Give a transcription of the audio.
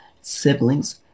siblings